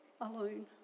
alone